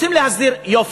רוצים להסדיר, יופי,